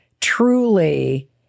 truly